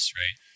right